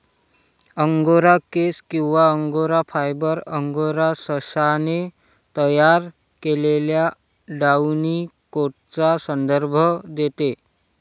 angora केस किंवा angora fibre, angora सशाने तयार केलेल्या डाउनी कोटचा संदर्भ देते